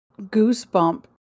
goosebump